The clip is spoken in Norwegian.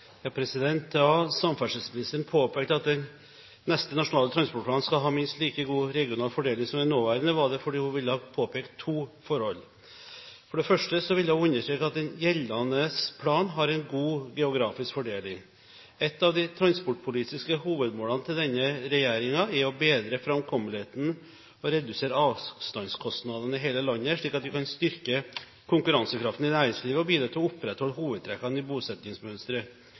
Da samferdselsministeren påpekte at den neste Nasjonal transportplan skal ha minst like god regional fordeling som den nåværende, var det fordi hun ville påpeke to forhold: For det første ville hun understreke at den gjeldende planen har en god geografisk fordeling. Ett av de transportpolitiske hovedmålene til denne regjeringen er å bedre framkommeligheten og redusere avstandskostnadene i hele landet, slik at vi kan styrke konkurransekraften i næringslivet og bidra til å opprettholde hovedtrekkene i